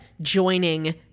joining